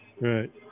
Right